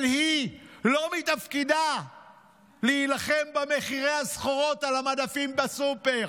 אבל לא מתפקידה להילחם במחירי הסחורות על המדפים בסופר.